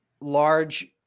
large